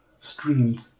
streamed